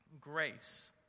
grace